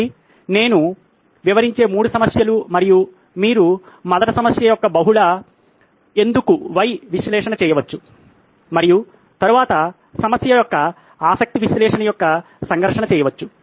కాబట్టి ఇవి నేను వివరించే 3 సమస్యలు మరియు మీరు మొదట సమస్య యొక్క బహుళ ఎందుకు విశ్లేషణ చేయవచ్చు మరియు తరువాత సమస్య యొక్క ఆసక్తి విశ్లేషణ యొక్క సంఘర్షణ చేయవచ్చు